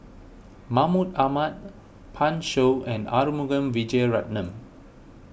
Mahmud Ahmad Pan Shou and Arumugam Vijiaratnam